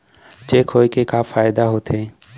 Cheque होए के का फाइदा होथे?